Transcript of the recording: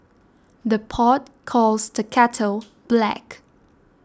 the pot calls the kettle black